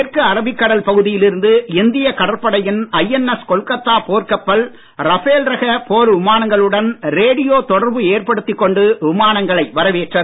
மேற்கு அரபிக் கடல் பகுதியில் இருந்து இந்திய கடற்படையின் ஜஎன்எஸ் கொல்கத்தா போர்க்கப்பல் ரஃபேல் ரக போர் விமானங்களுடன் ரேடியோ தொடர்பு ஏற்படுத்திக் கொண்டு விமானங்களை வரவேற்றது